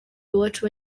iwacu